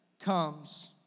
comes